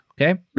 Okay